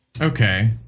Okay